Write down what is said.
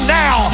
now